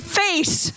face